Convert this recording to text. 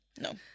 No